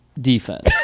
defense